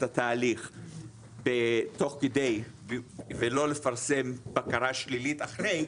התהליך תוך כדי ולא לפרסם בקרה שלילית אחרי,